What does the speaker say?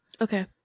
Okay